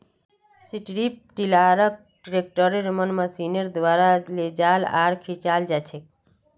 strip टीलारक ट्रैक्टरेर मन मशीनेर द्वारा लेजाल आर खींचाल जाछेक